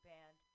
Band